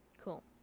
Cool